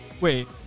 Wait